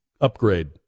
upgrade